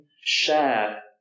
share